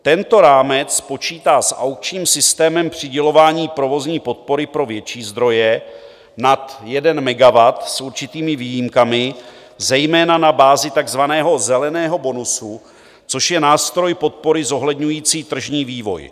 Tento rámec počítá s aukčním systémem přidělování provozní podpory pro větší zdroje nad 1 megawatt s určitými výjimkami, zejména na bázi takzvaného zeleného bonusu, což je nástroj podpory zohledňující tržní vývoj.